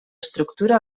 estructura